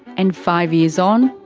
and five years on,